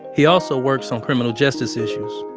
he also works on criminal justice issues.